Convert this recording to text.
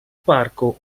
parco